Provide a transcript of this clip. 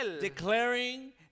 Declaring